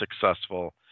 successful